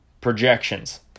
projections